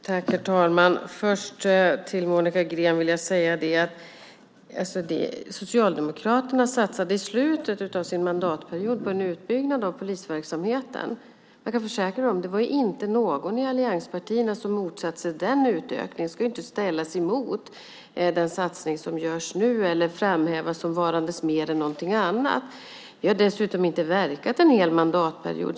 Herr talman! I slutet av sin mandatperiod satsade Socialdemokraterna på en utbyggnad av polisverksamheten. Jag kan försäkra Monica Green om att det inte var någon i allianspartierna som motsatte sig den utökningen. Den ska dock inte ställas emot den satsning som görs nu eller framhävas som varande mer än något annat. Vi har dessutom inte verkat en hel mandatperiod.